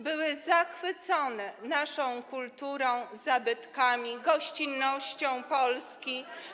Były zachwycone naszą kulturą, zabytkami, gościnnością Polski.